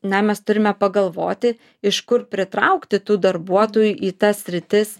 na mes turime pagalvoti iš kur pritraukti tų darbuotojų į tas sritis